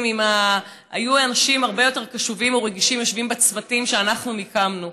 אם היו אנשים הרבה יותר קשובים ורגישים יושבים בצוותים שאנחנו הקמנו.